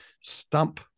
stump